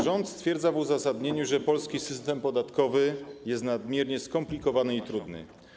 Rząd stwierdza w uzasadnieniu, że polski system podatkowy jest nadmiernie skomplikowany i trudny.